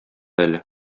әле